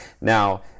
now